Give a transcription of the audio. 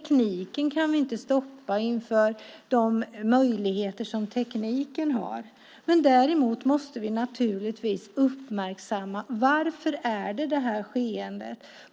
Vi kan inte stoppa tekniken och de möjligheter tekniken skapar. Däremot måste vi naturligtvis uppmärksamma orsaken till skeendet.